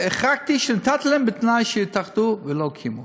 החרגתי ונתתי להם בתנאי שיתאחדו, ולא קיימו.